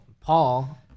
Paul